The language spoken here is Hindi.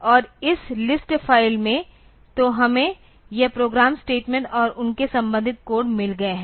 और इस लिस्ट फ़ाइल में तो हमें यह प्रोग्राम स्टेटमेंट और उनके संबंधित कोड मिल गए हैं